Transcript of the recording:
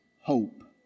hope